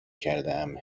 کردهام